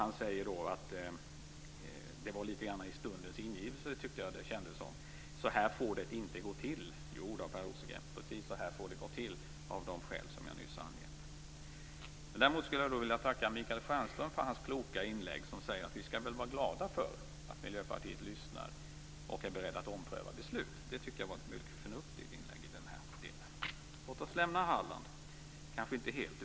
Han säger - litet grand i stundens ingivelse, tyckte jag det kändes som - att så här får det inte gå till. Jo då, Per Rosengren, precis så här får det gå till, av de skäl som jag nyss angett. Däremot skulle jag vilja tacka Michael Stjernström för hans kloka inlägg. Han sade: Vi skall väl vara glada över att Miljöpartiet lyssnar och är berett att ompröva beslut. Det tycker jag var ett mycket förnuftigt inlägg i den här delen. Låt oss lämna Halland - fast kanske inte helt.